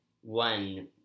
one